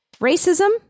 Racism